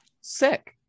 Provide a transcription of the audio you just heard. Sick